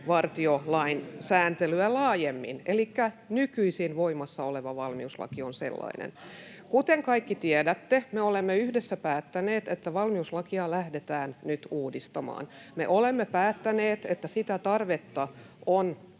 rajavartiolain sääntelyä laajemmin. Elikkä nykyisin voimassa oleva valmiuslaki on sellainen. Kuten kaikki tiedätte, me olemme yhdessä päättäneet, että valmiuslakia lähdetään nyt uudistamaan. Me olemme päättäneet, [Välihuutoja